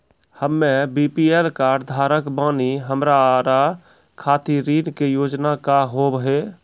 हम्मे BPL card धारक बानि हमारा खातिर ऋण के योजना का होव हेय?